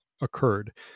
occurred